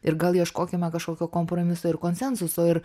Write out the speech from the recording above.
ir gal ieškokime kažkokio kompromiso ir konsensuso ir